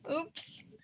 Oops